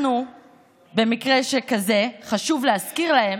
במקרה שכזה חשוב להזכיר להם: